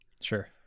Sure